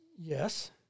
Yes